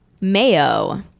Mayo